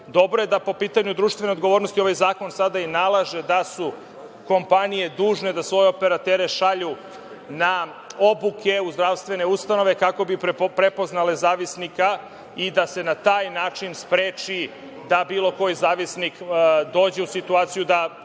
dobro je da po pitanju društvene odgovornosti ovaj zakon sada i nalaže da su kompanije dužne da svoje operatere šalju na obuke u zdravstvene ustanove kako bi prepoznale zavisnika i da se na taj način spreči da bilo koji zavisnik dođe u situaciju da